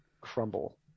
crumble